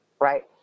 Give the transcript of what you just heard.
right